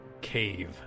cave